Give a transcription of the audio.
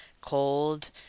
cold